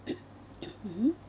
mmhmm